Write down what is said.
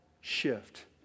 shift